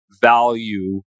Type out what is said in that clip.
value